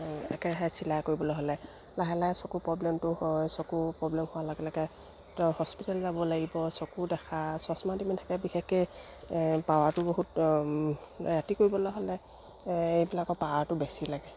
একেৰাহে চিলাই কৰিবলৈ হ'লে লাহে লাহে চকুৰ প্ৰব্লেমটো হয় চকুৰ প্ৰব্লেম হোৱাৰ লগে লগে ধৰ হস্পিটেল যাব লাগিব চকু দেখা চশমা দিয়া থাকে বিশেষকৈ পাৱাৰটো বহুত ৰাতি কৰিবলৈ হ'লে এইবিলাকৰ পাৱাৰটো বেছি লাগে